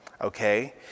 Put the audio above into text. Okay